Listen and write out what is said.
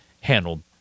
handled